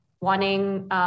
wanting